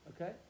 Okay